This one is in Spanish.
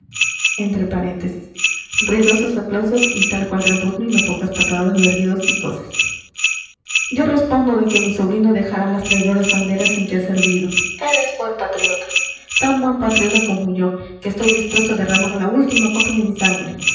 patadas berridos y coces yo respondo de que mi sobrino dejará las traidoras banderas en que ha servido él es buen patriota tan buen patriota como yo que estoy dispuesto a derramar la última gota de mi sangre